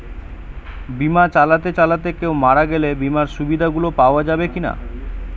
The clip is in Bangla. বিমা চালাতে চালাতে কেও মারা গেলে বিমার সুবিধা গুলি পাওয়া যাবে কি না?